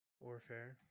Warfare